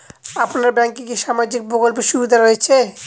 আপনার ব্যাংকে কি সামাজিক প্রকল্পের সুবিধা রয়েছে?